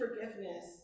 forgiveness